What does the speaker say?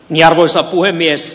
arvoisa puhemies